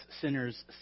sinners